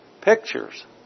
pictures